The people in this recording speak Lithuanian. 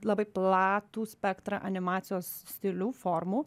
labai platų spektrą animacijos stilių formų